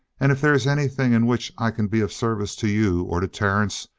and if there is anything in which i can be of service to you or to terence,